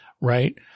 right